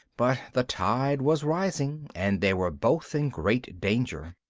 but the tide was rising, and they were both in great danger.